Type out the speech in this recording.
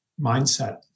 mindset